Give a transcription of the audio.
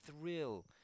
thrill